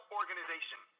organization